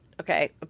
Okay